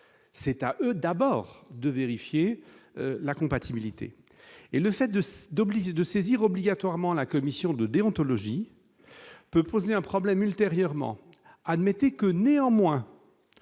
c'est à d'abord de vérifier la compatibilité et le fait de d'obliger de saisir obligatoirement la commission de déontologie peut poser un problème ultérieurement admettez que néanmoins